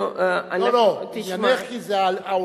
אנחנו, תשמע, לא, לא, זה עניינך כי זה העולה.